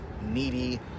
needy